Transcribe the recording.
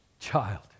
child